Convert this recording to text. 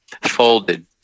folded